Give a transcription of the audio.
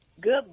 Good